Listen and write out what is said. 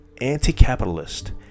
anti-capitalist